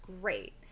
great